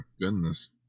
goodness